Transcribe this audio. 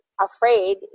afraid